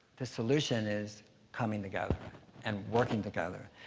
the solution is coming together and working together.